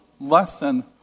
lesson